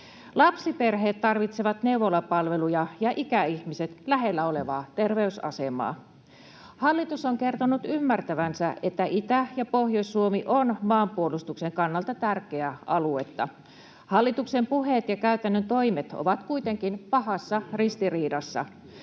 Lapsiperheet tarvitsevat neuvolapalveluja ja ikäihmiset lähellä olevaa terveysasemaa. Hallitus on kertonut ymmärtävänsä, että Itä- ja Pohjois-Suomi ovat maanpuolustuksen kannalta tärkeitä alueita. Hallituksen puheet ja käytännön toimet ovat kuitenkin pahassa ristiriidassa.